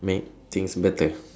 make things better